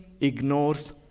ignores